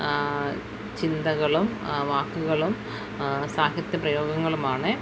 ചിന്തകളും വാക്കുകളും സാഹിത്യ പ്രയോഗങ്ങളുമാണ്